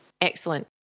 Excellent